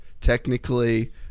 technically